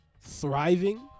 thriving